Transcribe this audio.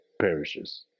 parishes